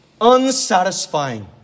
unsatisfying